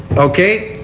okay.